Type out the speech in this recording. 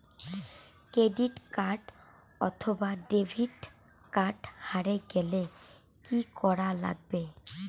Credit card অথবা debit card হারে গেলে কি করা লাগবে?